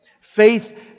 Faith